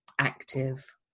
active